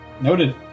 Noted